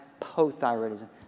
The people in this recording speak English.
hypothyroidism